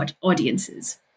audiences